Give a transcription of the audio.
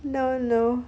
no no